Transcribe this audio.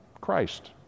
Christ